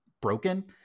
broken